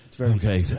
Okay